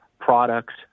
products